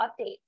updates